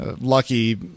Lucky